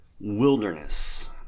wilderness